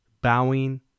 bowing